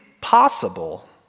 possible